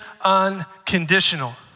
unconditional